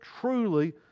truly